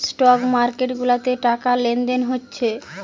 stock market গুলাতে টাকা লেনদেন হচ্ছে